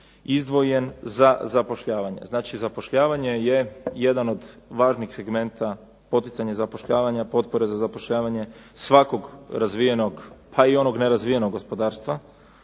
izdvojen za zapošljavanje. Znači, zapošljavanje je jedan od važnih segmenata poticanja zapošljavanja, potpore za zapošljavanje svakog razvijenog, pa i onog nerazvijenog gospodarstva,